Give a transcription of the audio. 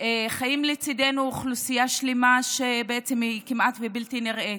חיה לצידנו אוכלוסייה שלמה שבעצם היא כמעט בלתי נראית.